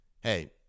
hey